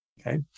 okay